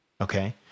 okay